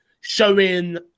showing